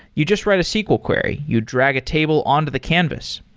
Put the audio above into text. you just write a sql query. you drag a table on to the canvas.